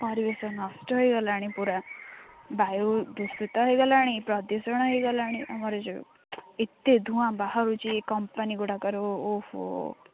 ପରିବେଶ ନଷ୍ଟ ହେଇଗଲାଣି ପୁରା ବାୟୁ ଦୂଷିତ ହେଇଗଲାଣି ପ୍ରଦୂଷଣ ହେଇଗଲାଣି ଆମର ଯେଉଁ ଏତେ ଧୂଆଁ ବାହାରୁଛି ଏହି କମ୍ପାନୀଗୁଡ଼ିକରୁ ଓହୋ